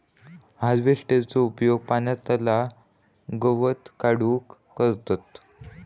हार्वेस्टरचो उपयोग पाण्यातला गवत काढूक करतत